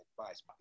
advice